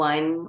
One